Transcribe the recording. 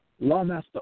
Lawmaster